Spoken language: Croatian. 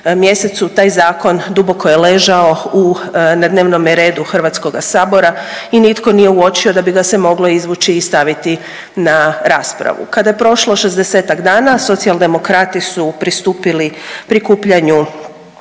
taj zakon duboko je ležao u na dnevnome redu Hrvatskoga sabora i nitko nije uočio da bi ga se moglo izvući i staviti i na raspravu. Kada je prošlo 60-ak dana Socijaldemokrati su pristupili prikupljanju